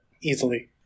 easily